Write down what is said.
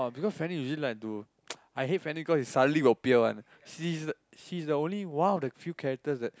because Fanny usually like to I hate Fanny cause she suddenly will appear one she's she's the only one of the few characters that